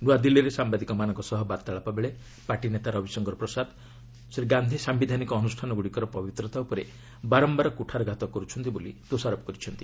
ନୂଆଦିଲ୍ଲୀରେ ସାମ୍ବାଦିକମାନଙ୍କ ସହ ବାର୍ତ୍ତାଳାପବେଳେ ପାର୍ଟି ନେତା ରବିଶଙ୍କର ପ୍ରସାଦ ଶ୍ରୀ ଗାନ୍ଧି ସାୟିଧାନିକ ଅନୁଷ୍ଠାନଗୁଡ଼ିକର ପବିତ୍ରତା ଉପରେ ବାରମ୍ଘାର କୁଠାରଘାତ କରୁଛନ୍ତି ବୋଲି ଦୋଷାରୋପ କରିଛନ୍ତି